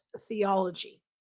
theology